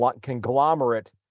conglomerate